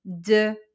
de